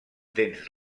dents